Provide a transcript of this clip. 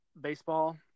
baseball